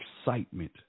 excitement